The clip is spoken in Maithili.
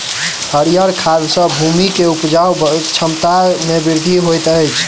हरीयर खाद सॅ भूमि के उपजाऊ क्षमता में वृद्धि होइत अछि